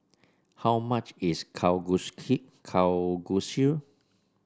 how much is Kalguksu